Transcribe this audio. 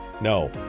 No